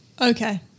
Okay